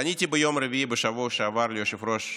פניתי ביום רביעי שעבר ליושב-ראש